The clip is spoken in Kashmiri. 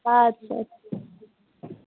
آدٕ سا